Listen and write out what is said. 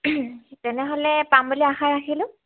তেনেহ'লে পাম বুলি আশা ৰাখিলোঁ